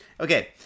Okay